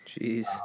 Jeez